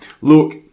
look